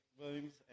Williams